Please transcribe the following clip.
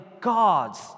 God's